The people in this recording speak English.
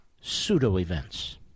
pseudo-events